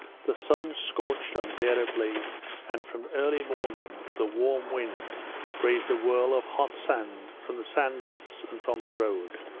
the sun scorched unbearably and from early morning the warm wind raised a whirl of hot sand from the sand-drifts and from the road,